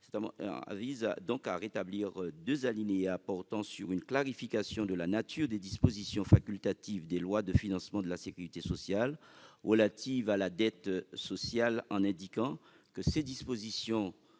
cet effet, à rétablir deux alinéas portant sur une clarification de la nature des dispositions facultatives des lois de financement de la sécurité sociale relatives à la dette sociale, en indiquant que ces dispositions doivent